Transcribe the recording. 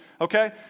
okay